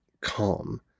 calm